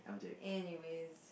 anyways